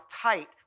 tight